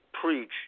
preach